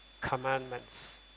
commandments